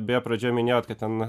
beje pradžioj minėjot kad ten